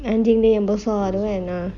anjing yang besar tu kan